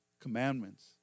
commandments